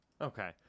Okay